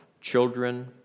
children